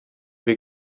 wir